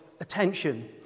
attention